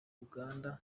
uganda